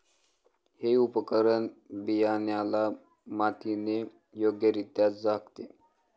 हे उपकरण बियाण्याला मातीने योग्यरित्या झाकते